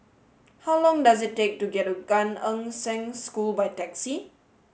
how long does it take to get to Gan Eng Seng School by taxi